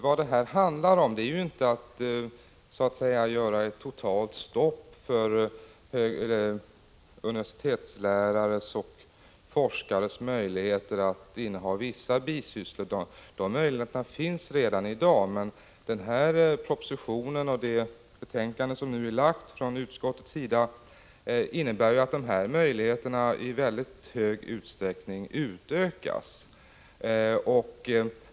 Vad det här handlar om är ju inte att sätta totalt stopp för universitetslärares och forskares möjligheter att inneha vissa bisysslor. Möjligheterna till bisysslor finns redan i dag. Propositionen och utskottsbetänkandet innebär ju att dessa möjligheter i mycket stor utsträckning utökas.